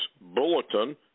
bulletin